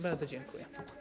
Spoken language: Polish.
Bardzo dziękuję.